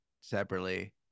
separately